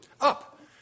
Up